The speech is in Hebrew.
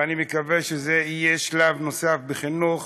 ואני מקווה שזה יהיה שלב נוסף בחינוך